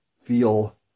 feel